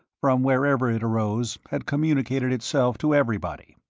from wherever it arose, had communicated itself to everybody.